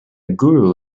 guru